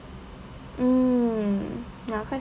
mm ya quite